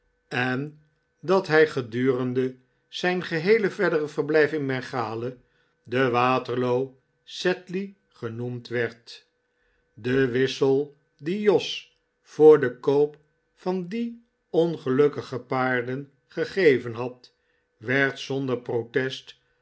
en dat hij gedurende zijn geheele verdere verblijf in bengalen de waterloo sedley genoemd werd de wissel die jos voor den koop van die ongelukkige paarden gegeven had werd zonder protest